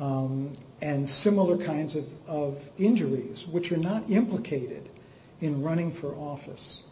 and similar kinds of of injuries which are not implicated in running for office